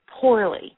poorly